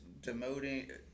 demoting